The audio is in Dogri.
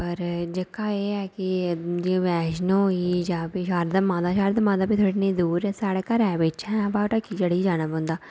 पर जेह्का एह् के जियां बैश्णो होई गेई जां फ्ही शारदा माता शारदा माता बी थोह्ड़ी नेही दूर ऐ साढ़े घरै बिच्च ऐ पर ढक्की चढ़ियै जाना पौंदा